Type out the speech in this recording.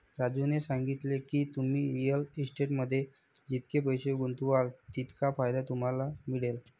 राजूने सांगितले की, तुम्ही रिअल इस्टेटमध्ये जितके पैसे गुंतवाल तितका फायदा तुम्हाला मिळेल